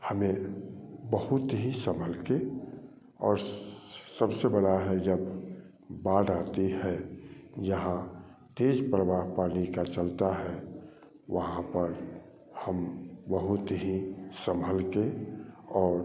हमें बहुत ही संभल के और सबसे बड़ा है जब बाढ़ आती है जहाँ तेज प्रवाह पानी का चलता है वहाँ पर हम बहुत ही संभल के और